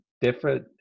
different